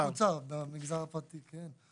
שבוע עבודה מקוצר, במגזר הפרטי, כן?